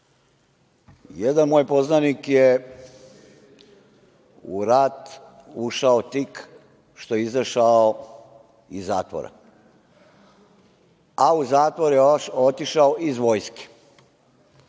volje. Jedan moj poznanik je u rat ušao tik što je izašao iz zatvora, a u zatvor je otišao iz vojske,